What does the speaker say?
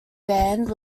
band